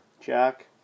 Jack